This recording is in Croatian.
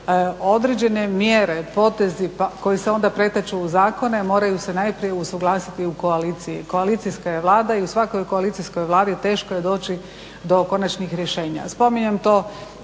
određene mjere potezi koji se onda pretaču u zakone moraju se najprije usuglasiti u koaliciji, koalicijska je Vlada i u svakoj koalicijskoj Vladi teško je doći do konačnih rješenja. Spominjem to